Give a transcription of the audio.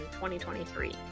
2023